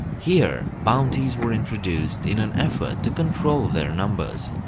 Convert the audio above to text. here, bounties were introduced, in an effor to control their numbers.